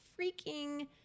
freaking